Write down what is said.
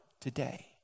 today